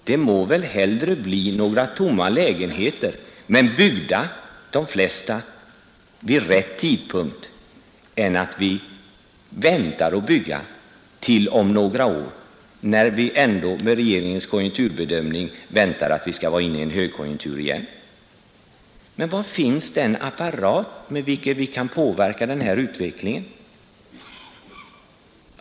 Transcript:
Det må väl hellre bli några tomma lägenheter, men de flesta byggda vid rätt tidpunkt, än att vi väntar med att bygga till om några år, när vi ändå — med regeringens konjunkturbedömning — väntar att vi skall vara inne i en högkonjunktur igen. Men var finns den apparat med vilken vi kan påverka den här utvecklingen?